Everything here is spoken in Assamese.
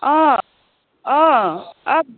অ অ অ